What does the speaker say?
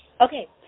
Okay